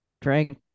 drank